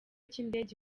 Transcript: cy’indege